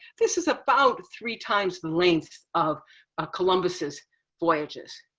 this is about three times the length of ah columbus's voyages.